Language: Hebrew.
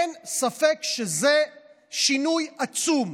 אין ספק שזה שינוי עצום.